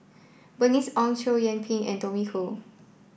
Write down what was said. Bernice Ong Chow Yian Ping and Tommy Koh